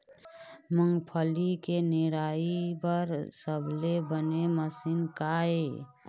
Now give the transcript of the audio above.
मूंगफली के निराई बर सबले बने मशीन का ये?